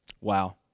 wow